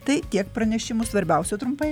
tai kiek pranešimų svarbiausia trumpai